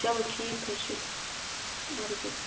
چلو ٹھیٖک حظ چھُ اَدٕ حظ